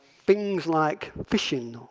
things like phishing,